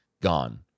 gone